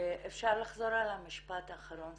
אפשר לחזור על המשפט האחרון?